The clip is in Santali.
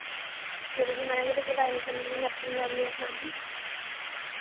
ᱪᱷᱚᱭ ᱵᱟᱡᱮ ᱢᱟᱲᱟᱝ ᱜᱮᱞᱤᱧ ᱪᱟᱞᱟᱜᱼᱟ ᱢᱮᱱᱠᱷᱟᱱ ᱫᱚᱞᱤᱧ ᱧᱟᱢ ᱢᱮᱭᱟ ᱦᱟᱸᱜ ᱟᱢ ᱦᱚᱸ